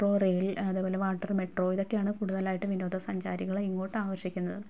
metro rail അതേപോലെ water metro ഇതക്കെയാണ് കൂട്തലായിട്ട് വിനോദസഞ്ചാരികളെ ഇങ്ങോട്ട് ആകർഷിക്കുന്നത്